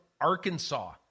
Arkansas